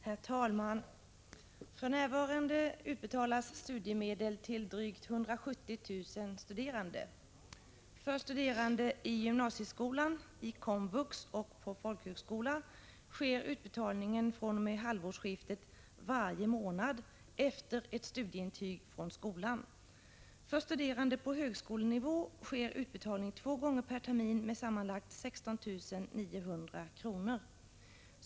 Herr talman! För närvarande utbetalas studiemedel till drygt 170 000 studerande. För studerande i gymnasieskola, i komvux och på folkhögskola sker utbetalning fr.o.m. halvårsskiftet 1986 varje månad efter ett studieintyg från skolan. För studerande på högskolenivå sker utbetalning två gånger per termin med sammanlagt 16 900 kr.